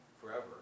forever